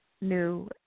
new